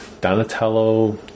Donatello